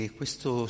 questo